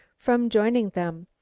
from joining them.